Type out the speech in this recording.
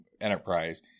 enterprise